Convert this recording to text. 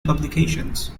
publications